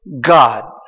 God